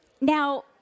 Now